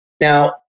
Now